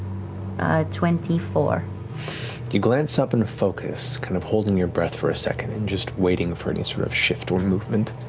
ah twenty four. matt you glance up and focus, kind of holding your breath for a second and just waiting for any sort of shift or movement.